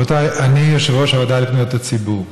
רבותיי, אני יושב-ראש הוועדה לפניות הציבור,